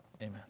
amen